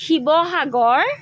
Sivasagar